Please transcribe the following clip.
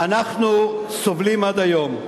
אנחנו סובלים עד היום.